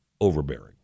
overbearing